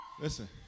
listen